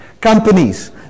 companies